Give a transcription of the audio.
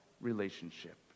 relationship